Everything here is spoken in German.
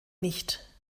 nicht